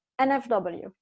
NFW